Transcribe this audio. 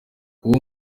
kuba